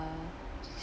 uh